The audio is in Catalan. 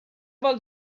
vol